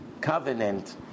covenant